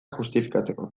justifikatzeko